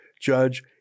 judge